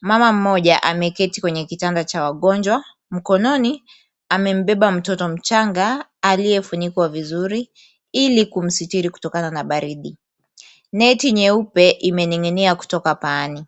mama mmoja ameketi kwenye kitanda cha wa wagonjwa mkononi amembeba mtoto mchanga aliyefunikwa vizuri ili kumsitiri kutokana na baridi, neti nyeupe imening'inia kutoka paani.